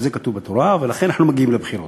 גם זה כתוב בתורה, ולכן אנחנו מגיעים לבחירות.